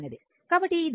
కాబట్టి ఇది 0